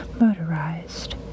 motorized